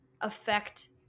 affect